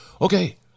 okay